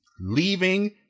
leaving